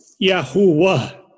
Yahuwah